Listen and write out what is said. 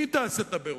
היא תעשה את הבירור.